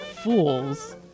fools